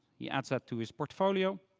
he adds that to his portfolio.